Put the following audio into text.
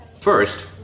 First